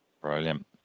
Brilliant